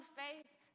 faith